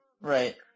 Right